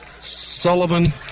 Sullivan